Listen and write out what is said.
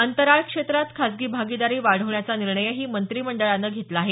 अंतराळ क्षेत्रात खासगी भागीदारी वाढवण्याचा निर्णयही मंत्रिमंडळानं घेतला आहे